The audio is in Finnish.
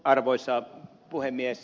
arvoisa puhemies